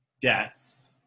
deaths